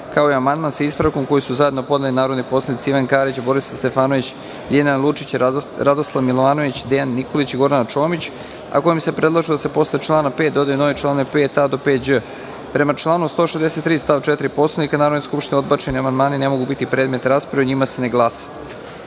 kao i amandman sa ispravkom koji su zajedno podneli narodni poslanici Ivan Karić, Borislav Stefanović, Ljiljana Lučić, Radoslav Milovanović, Dejan Nikolić i Gordana Čomić, a kojim su predložili da se posle člana 5. dodaju novi članovi 5a – 5đ.Prema članu 163. stav 4. Poslovnika Narodne skupštine, odbačeni amandmani ne mogu biti predmet rasprave i o njima se ne